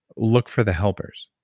look for the helpers.